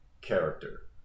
character